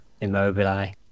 Immobile